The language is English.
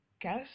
guess